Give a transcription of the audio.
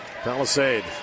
Palisade